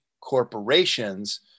corporations